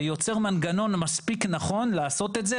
ויוצר נגנון מספיק נכון לעשות את זה.